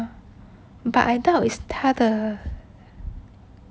but I thought is 他的